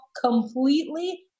completely